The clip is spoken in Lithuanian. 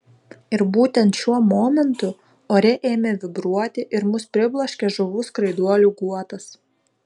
ir būtent šiuo momentu ore ėmė vibruoti ir mus pribloškė žuvų skraiduolių guotas